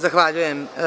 Zahvaljujem.